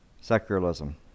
secularism